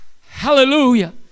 Hallelujah